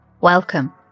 Welcome